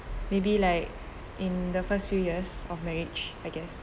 maybe like in the first few years of marriage I guess